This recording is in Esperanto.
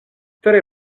tre